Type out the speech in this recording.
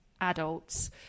adults